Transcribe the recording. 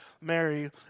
Mary